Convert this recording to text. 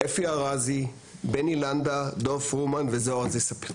אפי ארזי, בני לנדה, דב פרומן וזוהר זיספל.